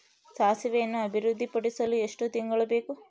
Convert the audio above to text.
ಸಾಸಿವೆಯನ್ನು ಅಭಿವೃದ್ಧಿಪಡಿಸಲು ಎಷ್ಟು ತಿಂಗಳು ಬೇಕು?